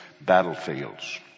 battlefields